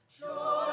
Joy